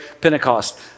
pentecost